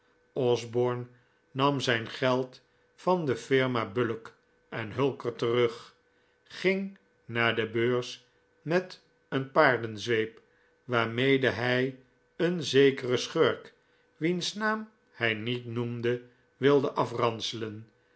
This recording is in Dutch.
osborne nam zijn geld van de firma bullock en flulker terug ging naar de beurs met een paardenzwecp waarmede hij een zekeren schurk wiens naam hij niet noemde wilde afranselen